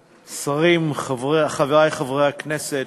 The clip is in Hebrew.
שרים, חברי חברי הכנסת,